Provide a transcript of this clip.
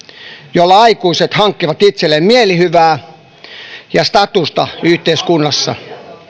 jolla aikuiset hankkivat itselleen mielihyvää ja statusta yhteiskunnassa